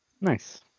Nice